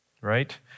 right